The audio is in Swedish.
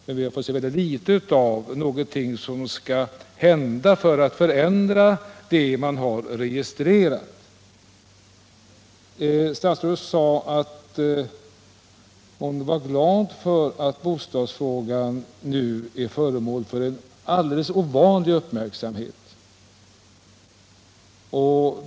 Däremot har vi sett mycket litet av vad som kommer att ske för 43 att ändra på det som registrerats. Statsrådet sade att hon var glad över att bostadsfrågan nu är föremål för en alldeles ovanlig uppmärksamhet.